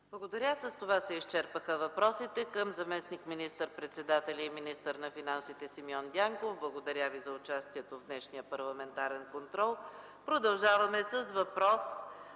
Благодаря. С това се изчерпаха въпросите към заместник министър-председателя и министър на финансите Симеон Дянков. Благодаря Ви за участието в днешния парламентарен контрол. Продължаваме с въпрос